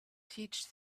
teach